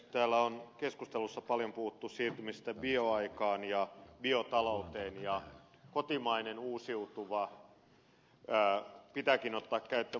täällä on keskustelussa paljon puhuttu siirtymisestä bioaikaan ja biota louteen ja kotimainen uusiutuva pitääkin ottaa käyttöön